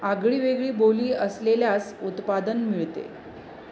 आगळीवेगळी बोली असलेल्यास उत्पादन मिळते